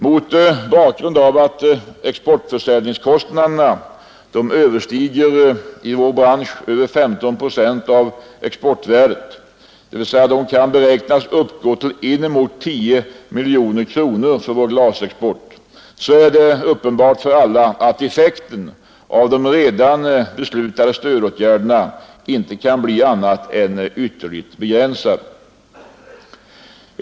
Mot bakgrund av att exportförsäljningskostnaderna i branschen överstiger 15 procent av exportvärdet — dvs. att de kan beräknas uppgå till inemot 10 miljoner kronor för vår glasexport — är det uppenbart för alla att effekten av de redan beslutade stödåtgärderna inte kan bli annat än ytterligt begränsad.